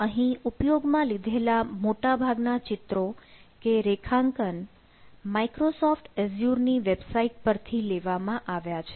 અહીં ઉપયોગમાં લીધેલા મોટાભાગના ચિત્રો કે રેખાંકન માઈક્રોસોફ્ટ એઝ્યુર ની વેબસાઈટ પરથી લેવામાં આવ્યા છે